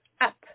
Up